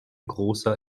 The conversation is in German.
großer